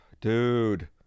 Dude